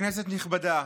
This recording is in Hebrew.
כנסת נכבדה,